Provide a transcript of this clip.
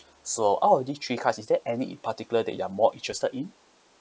so out of these three cards is there any particular that you are more interested in